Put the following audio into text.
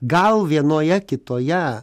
gal vienoje kitoje